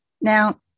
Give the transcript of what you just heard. Now